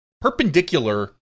perpendicular